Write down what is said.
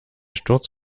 sturz